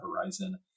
horizon